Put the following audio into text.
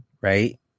right